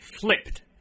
Flipped